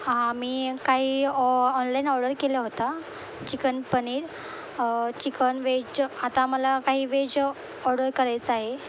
हां मी काही ऑ ऑनलाईन ऑर्डर केला होता चिकन पनीर चिकन वेज आता मला काही वेज ऑर्डर करायचं आहे